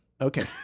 Okay